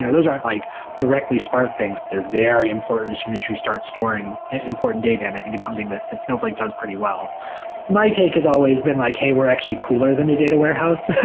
those aren't like directly spark things, but they're very important as soon as you start storing important data in it and get something that that snowflake does pretty well my take has always been like, hey, we're actually cooler than the data warehouse,